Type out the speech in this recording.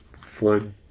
Flood